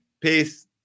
peace